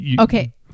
okay